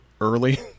early